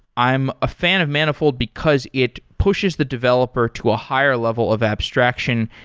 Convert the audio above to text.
i'm a fan of manifold because it pushes the developer to a higher level of abstraction,